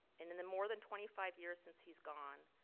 in the more than twenty five years since he's gone,